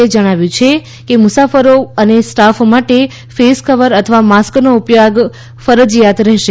એ જણાવ્યું છે કે મુસાફરો અને સ્ટાફ માટે ફેસ કવર અથવા માસ્કનો ઉપયોગ ફરજિયાત રહેશે